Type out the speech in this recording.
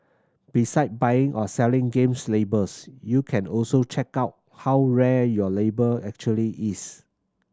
beside buying or selling games labels you can also check out how rare your label actually is